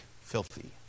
filthy